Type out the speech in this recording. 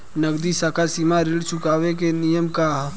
नगदी साख सीमा ऋण चुकावे के नियम का ह?